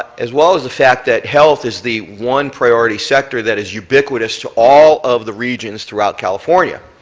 as well as the fact that health is the one priority sector that is ubiquitous to all of the regions throughout california.